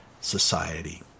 society